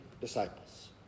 disciples